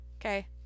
Okay